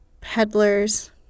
peddlers